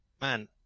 man